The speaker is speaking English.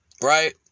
right